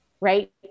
Right